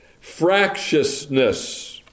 fractiousness